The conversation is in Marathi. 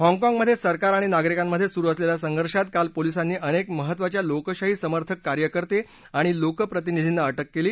हाँगकाँग मध्ये सरकार आणि नागरिकांमध्ये सुरु असलेल्या संघर्षात काल पोलीसांनी अनेक महत्वाच्या लोकशाहीसमर्थक कार्यकर्ते आणि लोकप्रतिनिधींना अटक केली